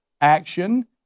Action